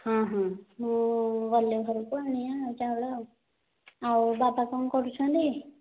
ହୁଁ ହୁଁ ମୁଁ ଗଲେ ଘରକୁ ଆଣିବା ଆଉ ଚାଉଳ ଆଉ ବାବା କ'ଣ କରୁଛନ୍ତି